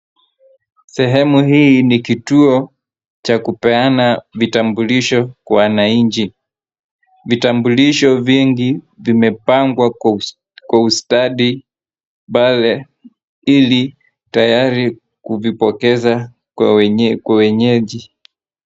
Sehemu hii ni kituo cha kupeana vitambulisho kwa wananchi. Vitambulisho vingi vimepangwa kwa ustadi ili tayari kuvipokeza kwa wenyeji.